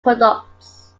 products